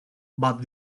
but